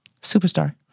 Superstar